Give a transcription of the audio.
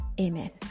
Amen